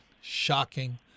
shocking